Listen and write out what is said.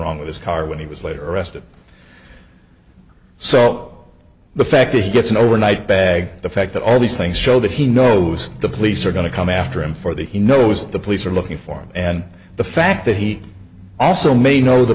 wrong with his car when he was later arrested so the fact that he gets an overnight bag the fact that all these things show that he knows the police are going to come after him for that he knows the police are looking for him and the fact that he also may know the